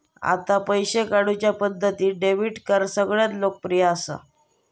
आता पैशे काढुच्या पद्धतींत डेबीट कार्ड सगळ्यांत लोकप्रिय असा